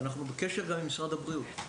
אנחנו בקשר גם עם משרד הבריאות.